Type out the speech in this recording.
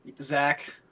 Zach